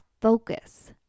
focus